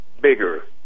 bigger